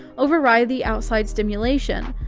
override the outside stimulation.